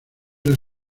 era